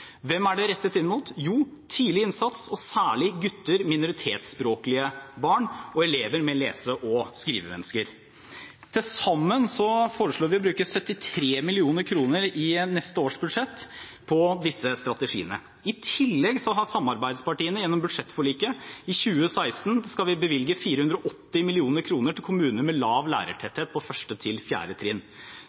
Hvem er det rettet inn mot? Jo, tidlig innsats er særlig rettet inn mot gutter, minoritetsspråklige barn og elever med lese- og skrivevansker. Til sammen foreslår vi å bruke 73 mill. kr i neste års budsjett på disse strategiene. I tillegg er samarbeidspartiene gjennom budsjettforliket enige om at vi i 2016 skal bevilge 480 mill. kr til kommuner med lav lærertetthet på